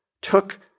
took